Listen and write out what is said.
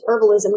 herbalism